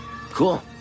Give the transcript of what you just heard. Cool